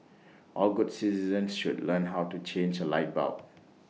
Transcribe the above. all good citizens should learn how to change A light bulb